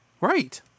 Right